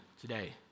today